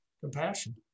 compassion